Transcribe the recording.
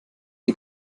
die